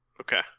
Okay